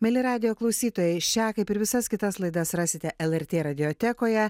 mieli radijo klausytojai šią kaip ir visas kitas laidas rasite lrt radiotekoje